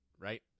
right